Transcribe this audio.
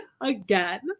again